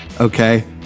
Okay